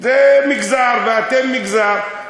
זה מגזר ואתם מגזר.